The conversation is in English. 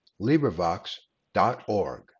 LibriVox.org